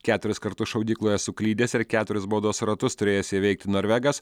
keturis kartus šaudykloje suklydęs ir keturis baudos ratus turėjęs įveikti norvegas